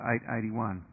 881